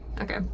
Okay